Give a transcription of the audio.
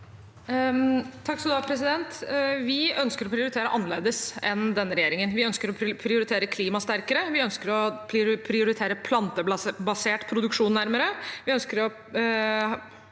(H) Vi ønsker å prioritere annerledes enn denne regjeringen. Vi ønsker å prioritere klima sterkere, vi ønsker å prioritere plantebasert produksjon sterkere,